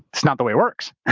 it's not the way it works.